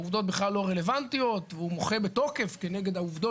העובדות בכלל לא רלוונטיות והוא מוחה בתוקף כנגד העובדות